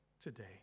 today